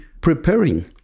preparing